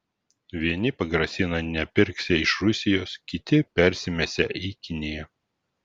vieni pagrasina nepirksią iš rusijos kiti persimesią į kiniją